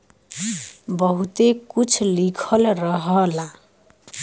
बहुते कुछ लिखल रहला